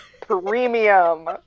Premium